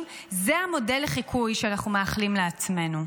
זה המודל לחיקוי שאנחנו מאחלים לעצמנו?